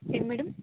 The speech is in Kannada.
ಏನು ಮೇಡಮ್